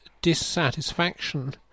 dissatisfaction